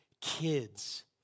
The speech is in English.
kids